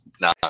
No